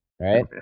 right